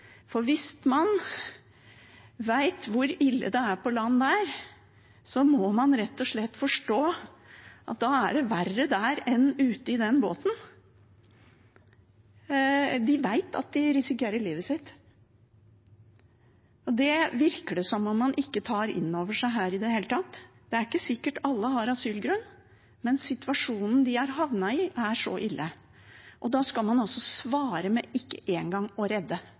Hvis man vet hvor ille det er på land der, må man rett og slett forstå at da er det verre der enn ute i den båten. De vet at de risikerer livet sitt. Det virker det som at man ikke tar inn over seg her i det hele tatt. Det er ikke sikkert at alle har asylgrunn, men situasjonen de har havnet i, er så ille. Og da skal man altså svare med ikke engang å redde